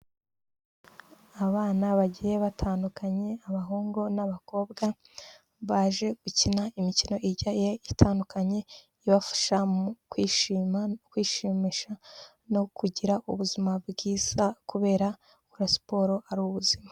Abana bagiye batandukanye abahungu n'abakobwa baje gukina imikino igiye itandukanye ibafasha mu kwishima, ukwishimisha no kugira ubuzima bwiza kubera gukora siporo ari ubuzima.